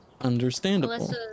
Understandable